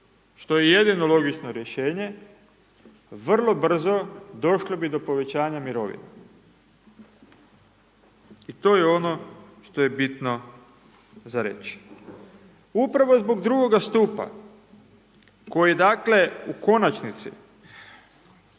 što je jedino logično rješenje, vrlo brzo došlo bi do povećanja mirovina, i to je ono što je bitno za reći. Upravo zbog 2. stupa, koji dakle u konačnici